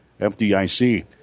FDIC